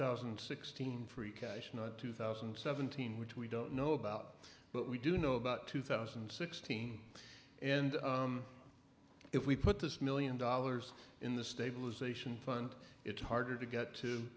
thousand and sixteen free cash not two thousand and seventeen which we don't know about but we do know about two thousand and sixteen and if we put this million dollars in the stabilization fund it's harder to get to